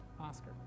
Oscar